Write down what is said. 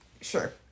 Sure